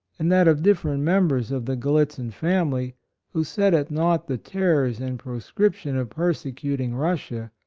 and that of different members of the gallit zin family who set at naught the terrors and proscription of perse cuting russia,